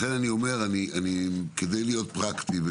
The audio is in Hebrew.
אז כדי להיות פרקטיים,